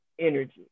energy